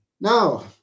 Now